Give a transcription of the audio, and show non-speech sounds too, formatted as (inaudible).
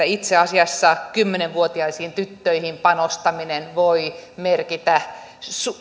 (unintelligible) itse asiassa kymmenen vuotiaisiin tyttöihin tyttöjen koulunkäyntiin ja heidän seksuaaliterveyteensä panostaminen voi merkitä